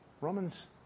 Romans